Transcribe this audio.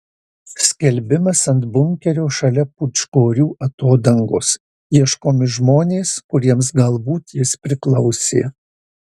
skelbimas ant bunkerio šalia pūčkorių atodangos ieškomi žmonės kuriems galbūt jis priklausė